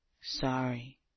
Sorry